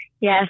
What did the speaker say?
Yes